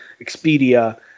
Expedia